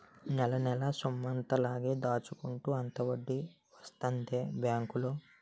నెలనెలా సొమ్మెంత లాగ దాచుకుంటే అంత వడ్డీ వస్తదే బేంకులో